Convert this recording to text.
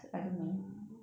mm